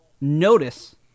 notice